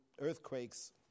earthquakes